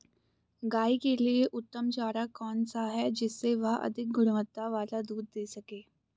गाय के लिए उत्तम चारा कौन सा है जिससे वह अधिक गुणवत्ता वाला दूध दें सके?